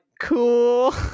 Cool